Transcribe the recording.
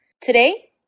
Today